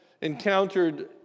encountered